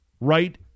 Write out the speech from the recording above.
right